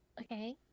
okay